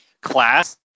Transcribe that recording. class